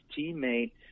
teammate